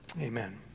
amen